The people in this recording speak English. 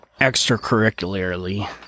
Extracurricularly